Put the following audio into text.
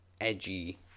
edgy